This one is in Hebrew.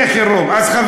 אז,